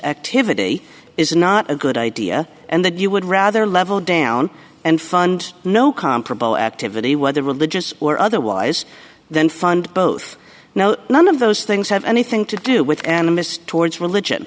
activity is not a good idea and that you would rather level down and fund no comparable activity whether religious or otherwise then fund both now none of those things have anything to do with animus towards religion